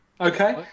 Okay